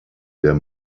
der